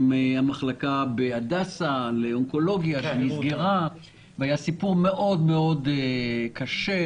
המחלקה לאונקולוגיה בהדסה שנסגרה והיה סיפור מאוד מאוד קשה,